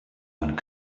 one